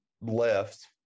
left